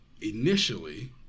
initially